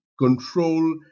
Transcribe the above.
control